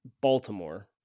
Baltimore